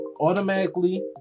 automatically